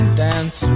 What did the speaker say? dance